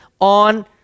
on